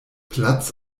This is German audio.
platz